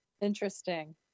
Interesting